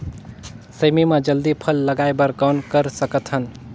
सेमी म जल्दी फल लगाय बर कौन कर सकत हन?